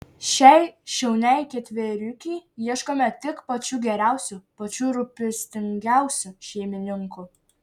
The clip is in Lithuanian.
šiai šauniai ketveriukei ieškome tik pačių geriausių pačių rūpestingiausių šeimininkų